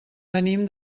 venim